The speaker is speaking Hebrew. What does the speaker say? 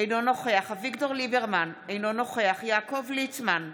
אינו נוכח אביגדור ליברמן, אינו נוכח יעקב ליצמן,